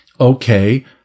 Okay